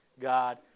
God